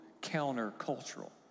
counter-cultural